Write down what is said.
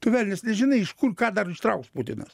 tu velnias nežinai iš kur ką dar ištrauks putinas